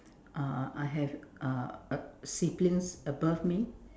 uh I have uh siblings above me